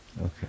Okay